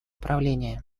правления